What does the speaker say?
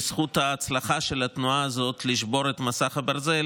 בזכות הצלחת התנועה הזאת לשבור את מסך הברזל,